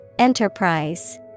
Enterprise